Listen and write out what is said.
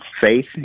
faith